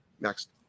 Next